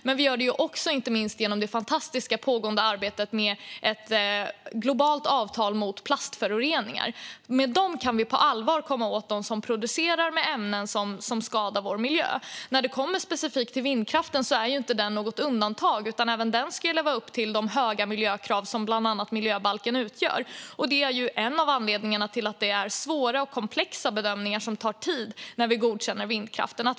Vi gör det också inte minst genom det fantastiska pågående arbetet med ett globalt avtal mot plastföroreningar. Med det kan vi på allvar komma åt dem som producerar ämnen som skadar vår miljö. När det kommer specifikt till vindkraften är den inte något undantag. Även den ska leva upp till de höga miljökrav som bland annat miljöbalken ställer. Det är en av anledningarna till att det är svåra och komplexa bedömningar som tar tid när vi godkänner vindkraften.